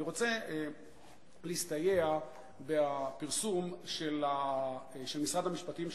אני רוצה להסתייע בפרסום של משרד המשפטים,